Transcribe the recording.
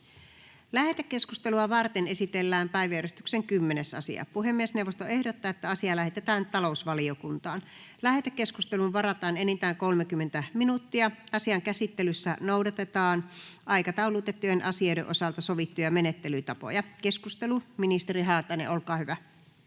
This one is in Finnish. Lähetekeskustelua varten esitellään päiväjärjestyksen 10. asia. Puhemiesneuvosto ehdottaa, että asia lähetetään talousvaliokuntaan. Lähetekeskusteluun varataan enintään 30 minuuttia. Asian käsittelyssä noudatetaan aikataulutettujen asioiden osalta sovittuja menettelytapoja. — Ministeri Haatainen, olkaa hyvä.